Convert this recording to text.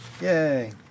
Yay